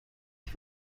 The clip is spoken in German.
die